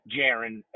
Jaron